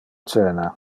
cena